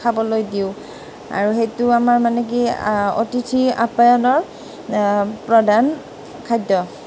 খাবলৈ দিওঁ আৰু সেইটো আমাৰ মানে কি অতিথি আপ্যায়নৰ প্ৰধান খাদ্য